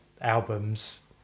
albums